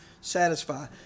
satisfy